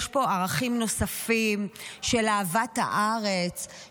יש פה ערכים נוספים של אהבת הארץ,